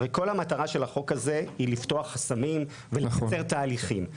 הרי כל המטרה של החוק הזה היא לפתוח חסמים ולקצר תהליכים,